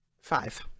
Five